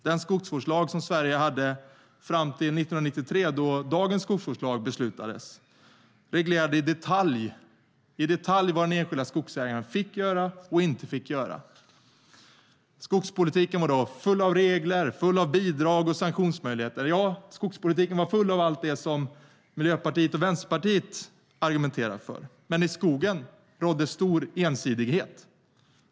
Den skogsvårdslag som Sverige hade fram till 1993, då dagens skogsvårdslag beslutades, reglerade i detalj vad den enskilde skogsägaren fick göra och inte fick göra. Skogspolitiken var då full av regler, bidrag och sanktionsmöjligheter. Ja, skogspolitiken var full av allt det som Miljöpartiet och Vänsterpartiet argumenterar för, men i skogen rådde en stor ensidighet.